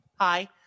Hi